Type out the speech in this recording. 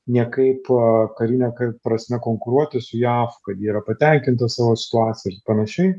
niekaip karine prasme konkuruoti su jav kad yra patenkintas savo situacija ir panašiai